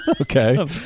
Okay